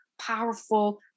powerful